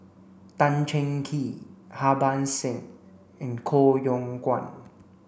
Tan Cheng Kee Harbans Singh and Koh Yong Guan